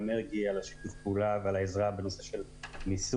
מרגי על שיתוף הפעולה ועל העזרה בנושא של מיסוי.